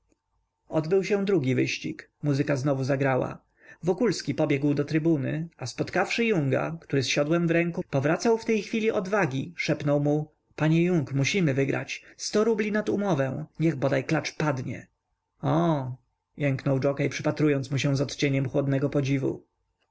odbył się drugi wyścig muzyka znowu zagrała wokulski pobiegł do trybuny a spotkawszy yunga który z siodłem w ręku powracał w tej chwili od wagi szepnął mu panie yung musimy wygrać sto rubli nad umowę niech bodaj klacz padnie och jęknął dżokej przypatrując mu się z odcieniem chłodnego podziwu